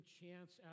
chance